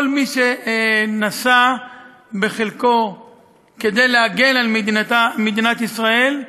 כל מי שנפל בחלקו להגן על מדינת ישראל,